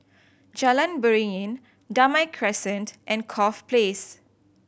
Jalan Beringin Damai Crescent and Corfe Place